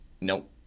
Nope